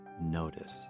notice